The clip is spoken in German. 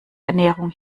ernährung